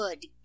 good